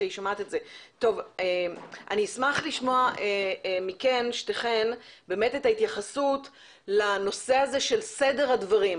אני אשמח לשמוע משתיכן את ההתייחסות לנושא הזה של סדר הדברים.